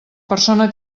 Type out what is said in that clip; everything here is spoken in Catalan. persona